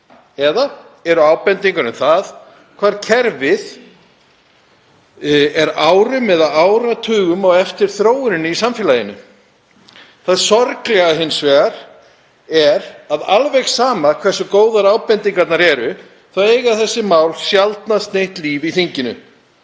eða eru ábendingar um hvað kerfið er árum eða áratugum á eftir þróuninni í samfélaginu. Það sorglega er hins vegar að alveg sama hversu góðar ábendingarnar eru þá eiga þessi mál sjaldnast neitt líf í þinginu.